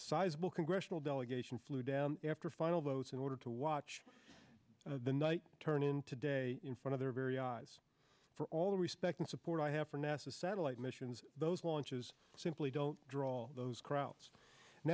sizable congressional delegation flew down after final votes in order to watch the night turn in today in front of their very eyes for all the respect and support i have for nasa satellite missions those launches simply don't draw those crowds